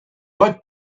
might